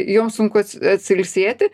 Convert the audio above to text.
jom sunku atsi atsilsėti